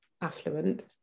affluent